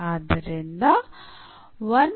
ಆದ್ದರಿಂದ